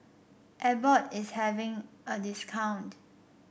Abbott is having a discount